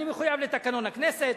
אני מחויב לתקנון הכנסת,